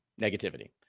negativity